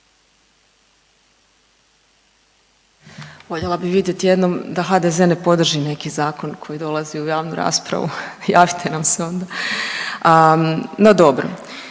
Voljela bi vidjet jednom da HDZ ne podrži neki zakon koji dolazi u javnu raspravu, javite nam se onda. No dobro,